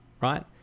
Right